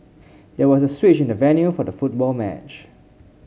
there was a switch in the venue for the football match